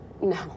No